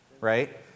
Right